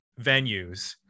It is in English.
venues